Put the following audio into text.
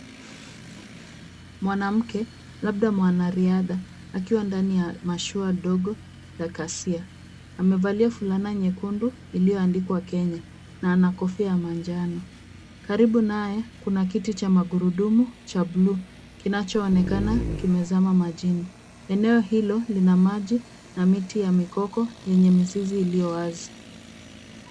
Mwanamke labda mwanariadha akiwa ndani ya mashua dogo la kasia. Amevalia fulana nyekundu iliyoandikwa Kenya na anakofia ya manjano. Karibu naye, kuna kiti cha magurudumu cha buluu, kinachoonekana kimezama majini. Eneo hilo lina maji na miti ya mikoko yenye mizizi iliyo wazi.